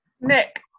Nick